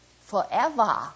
forever